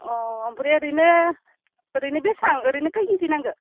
अह ओमफ्राय ओरैनो ओरैनो बेसेबां ओरैनो खय किजि नांगौ